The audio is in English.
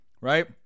right